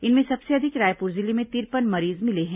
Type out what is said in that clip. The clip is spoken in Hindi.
इनमें सबसे अधिक रायपुर जिले में तिरपन मरीज मिले हैं